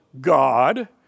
God